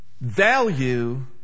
Value